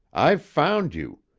i've found you.